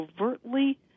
overtly